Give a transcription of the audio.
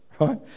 right